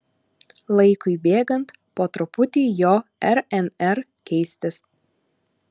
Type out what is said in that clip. laikui bėgant po truputį jo rnr keistis